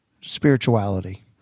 spirituality